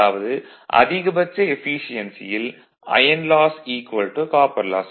அதாவது அதிகபட்ச எஃபீசியென்சியில் iron loss copper loss Iron Loss Copper Loss